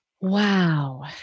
Wow